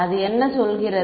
அது என்ன சொல்கிறது